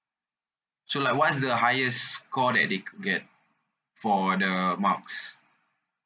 so like what's the highest score that they could get for the marks